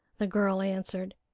the girl answered.